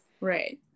Right